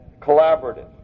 collaborative